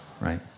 right